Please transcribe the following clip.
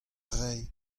rae